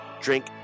drink